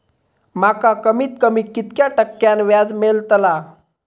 माका कमीत कमी कितक्या टक्क्यान व्याज मेलतला?